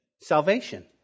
Salvation